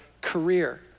career